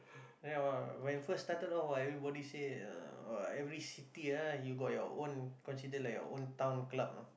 when first started off everybody say uh every city ah you got your own considered like your own town club ah